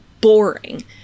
boring